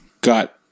got